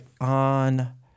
on